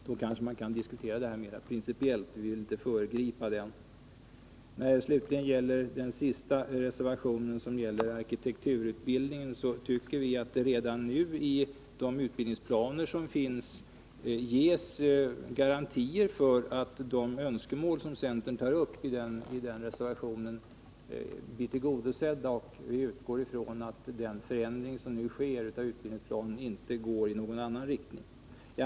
Då kanske man kan diskutera denna fråga mera principiellt. Vi vill inte föregripa den diskussionen. När det slutligen gäller reservation 5, den om arkitektutbildningen, tycker vi att det redan nu, i de utbildningsplaner som finns, ges garantier för att de önskemål som centern tar uppi den reservationen blir tillgodosedda. Vi utgår ifrån att den förändring som nu sker i utbildningsplanen inte går i någon annan riktning.